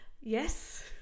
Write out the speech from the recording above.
yes